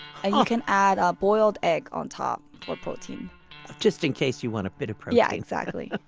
ah you can add a boiled egg on top for protein just in case you want a bit of protein yeah, exactly,